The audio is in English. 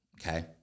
Okay